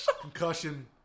Concussion